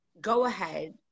go-ahead